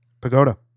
pagoda